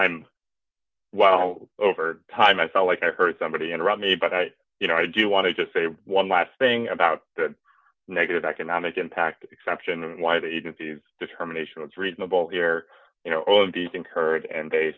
sure well over time i felt like i heard somebody interrupt me but i you know i do want to just say one last thing about the negative economic impact exemption and why the agency's determination was reasonable here you know all of these things heard and they